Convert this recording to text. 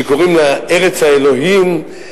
שקוראים לה ארץ האלוהים,